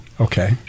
Okay